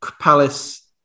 Palace